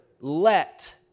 let